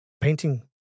painting